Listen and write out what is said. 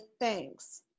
thanks